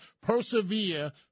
persevere